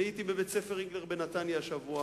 הייתי בבית-הספר "ריגלר" בנתניה השבוע.